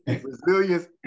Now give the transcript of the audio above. Resilience